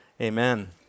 Amen